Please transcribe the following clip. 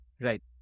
Right